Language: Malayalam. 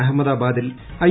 അഹമ്മദാബാദിൽ ഐ